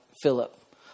Philip